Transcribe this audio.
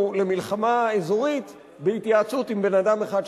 למלחמה אזורית בהתייעצות עם אדם אחד,